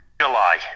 July